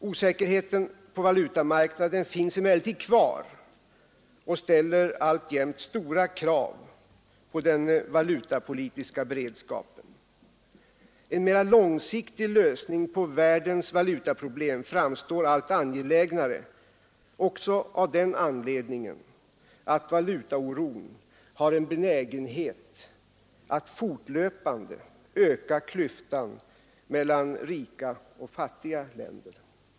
Osäkerheten på valutamarknaden finns emellertid kvar och ställer alltjämt stora krav på den valutapolitiska beredskapen. En mera långsiktig lösning på världens valutaproblem framstår allt angelägnare också av den anledningen att valutaoron har en benägenhet att fortlöpande öka klyftan mellan rika och fattiga länder.